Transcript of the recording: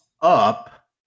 up